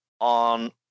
On